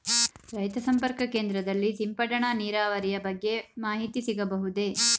ರೈತ ಸಂಪರ್ಕ ಕೇಂದ್ರದಲ್ಲಿ ಸಿಂಪಡಣಾ ನೀರಾವರಿಯ ಬಗ್ಗೆ ಮಾಹಿತಿ ಸಿಗಬಹುದೇ?